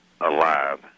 alive